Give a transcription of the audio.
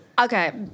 Okay